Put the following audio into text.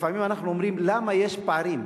לפעמים אנחנו שואלים: למה יש פערים?